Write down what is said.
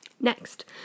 next